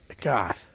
god